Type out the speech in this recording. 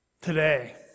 today